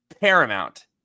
paramount